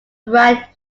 ride